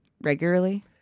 Regularly